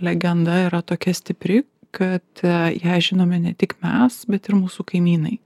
legenda yra tokia stipri kad ją žinome ne tik mes bet ir mūsų kaimynai